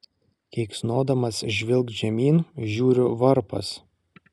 keiksnodamas žvilgt žemyn žiūriu varpas